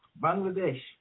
Bangladesh